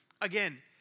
again